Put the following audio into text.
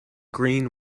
green